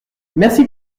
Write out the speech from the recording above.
merci